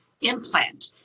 implant